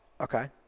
Okay